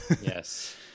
yes